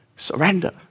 surrender